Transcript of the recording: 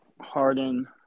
Harden